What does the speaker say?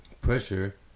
pressure